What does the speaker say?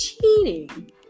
cheating